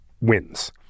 wins